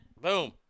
boom